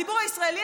הציבור הישראלי,